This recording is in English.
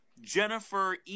Jennifer